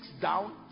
down